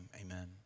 amen